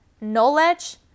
Knowledge